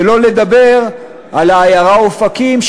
שלא לדבר על העיירה אופקים,